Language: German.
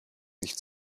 nicht